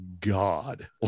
God